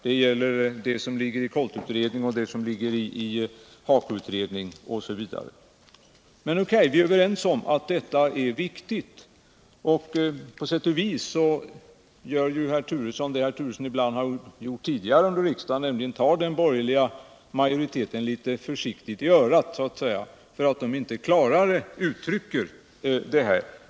Det gäller det som ligger i KOLT-utredningen och det som ligger i HAKO-utredningen. Men O.K., vi är överens om att detta är viktigt. På sätt och vis gör herr Turesson nu det han ibland tidigare under riksdagen gjort. Han tar den borgerliga majoriteten litet försiktigt vid örat så att säga för att den inte klarare uttrycker detta.